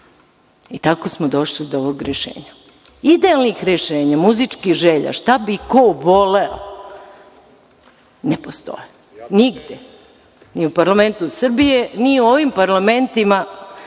Tako smo došli do ovog rešenja. Idealna rešenja, muzičke želje, šta bi ko voleo, ne postoje, nigde, ni u parlamentu Srbije, ni u ovim parlamentima